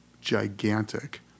gigantic